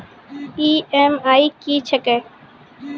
EMI की छिये?